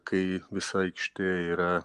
kai visa aikštė yra